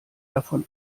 davon